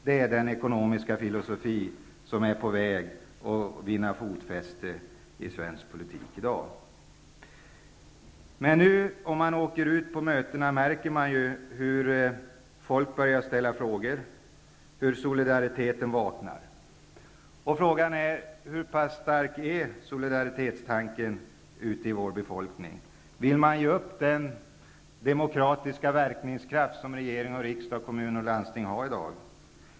Det är den ekonomiska filosofi som är på väg att vinna fotfäste i svensk politik i dag. När man är ute på möten märker man att folk börjar ställa frågor och att solidariteten vaknar. Frågan är hur pass stark solidaritetstanken ute i vår befolkning är. Vill man ge upp den demokratiska verkningskraft som regering och riksdag, kommun och landsting, har i dag.